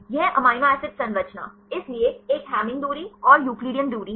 यह amino acid संरचना इसलिए एक हैमिंग दूरी और यूक्लिडियन दूरी है